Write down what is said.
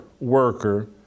worker